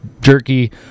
jerky